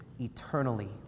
eternally